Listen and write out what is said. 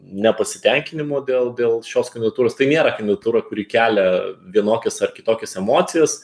nepasitenkinimo dėl dėl šios kandidatūros tai nėra kandidatūra kuri kelia vienokias ar kitokias emocijas